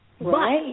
right